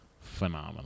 phenomenal